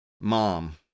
mom